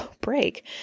Break